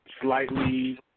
slightly